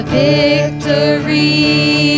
victory